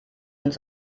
uns